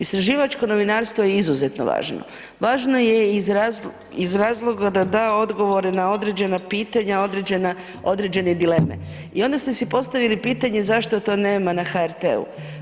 Istraživačko novinarstvo je izuzetno važno, važno je iz razloga da odgovore na određena pitanja, određene dileme i onda ste si postavili pitanje zašto to nema na HRT-u.